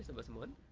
so westwood